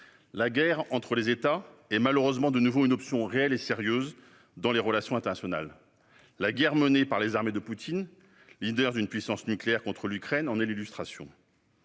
La guerre entre États est, malheureusement, de nouveau une option sérieuse et réelle dans les relations internationales. La guerre menée par les armées de Poutine, leader d'une puissance nucléaire, contre l'Ukraine en est l'illustration.